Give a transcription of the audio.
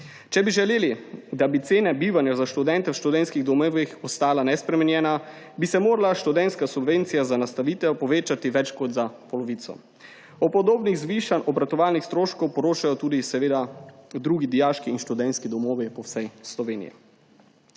Če bi želeli, da bi cena bivanja za študente v študentskih domovih ostala nespremenjena, bi se morala študentska subvencija za nastanitev povečati več kot za polovico. O podobnih zvišanjih obratovalnih stroškov poročajo tudi drugi dijaški in študentski domovi po vsej Sloveniji.